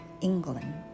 England